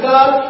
God